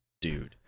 dude